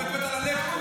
--- דקות על הלפטופ.